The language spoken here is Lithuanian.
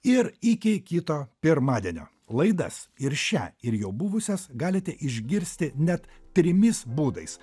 ir iki kito pirmadienio laidas ir šią ir jau buvusias galite išgirsti net trimis būdais